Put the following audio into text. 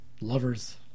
Lovers